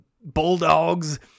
bulldogs